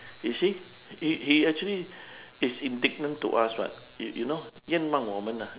you see he he actually is indignant to us [what] you you know 冤枉我们 ah